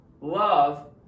love